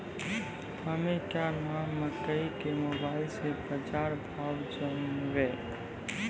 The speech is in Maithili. हमें क्या नाम मकई के मोबाइल से बाजार भाव जनवे?